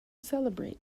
celebrate